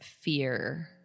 fear